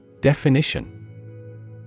Definition